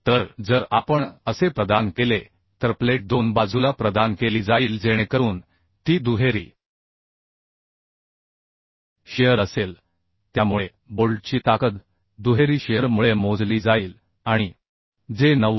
तर जर आपण असे प्रदान केले तर प्लेट 2 बाजूला प्रदान केली जाईल जेणेकरून ती दुहेरी शिअर असेल त्यामुळे बोल्टची ताकद दुहेरी शिअर मुळे मोजली जाईल आणि जे 9